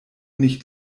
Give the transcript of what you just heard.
nicht